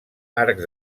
arcs